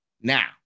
Now